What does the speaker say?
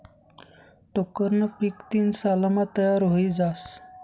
टोक्करनं पीक तीन सालमा तयार व्हयी जास